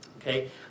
Okay